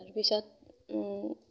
তাৰপিছত